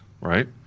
right